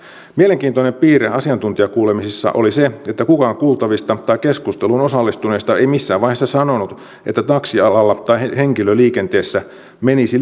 mielenkiintoinen piirre asiantuntijakuulemisissa oli se että kukaan kuultavista tai keskusteluun osallistuneista ei missään vaiheessa sanonut että taksialalla tai henkilöliikenteessä menisi